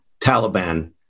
Taliban